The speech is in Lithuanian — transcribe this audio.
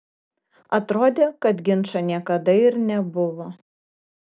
atrodė kad ginčo niekada ir nebuvo